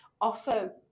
offer